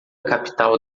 capital